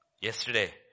Yesterday